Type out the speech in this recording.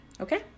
Okay